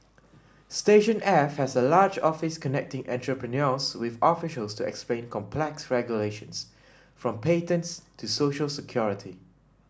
station F has a large office connecting entrepreneurs with officials to explain complex regulations from patents to social security